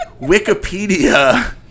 Wikipedia